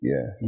Yes